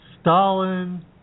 Stalin